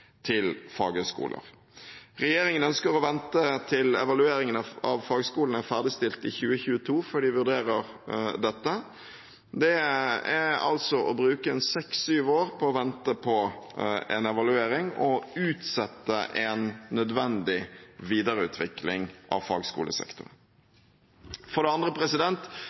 til faghøyskoler. Regjeringen ønsker å vente til evalueringen av fagskolene er ferdigstilt i 2022, før de vurderer dette. Det er å bruke seks–syv år på å vente på en evaluering og å utsette en nødvendig videreutvikling av fagskolesektoren. For det andre: